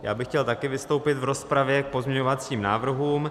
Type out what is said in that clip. Já bych chtěl taky vystoupit v rozpravě k pozměňovacím návrhům.